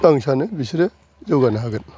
आं सानो बिसोरो जौगानो हागोन